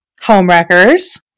Homewreckers